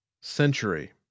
century